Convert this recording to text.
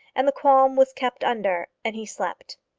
and the qualm was kept under, and he slept.